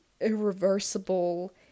irreversible